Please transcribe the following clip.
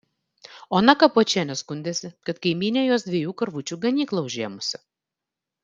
ona kapočienė skundėsi kad kaimynė jos dviejų karvučių ganyklą užėmusi